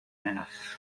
maths